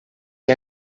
que